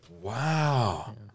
Wow